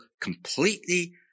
completely